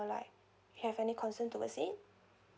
or like have any concern towards it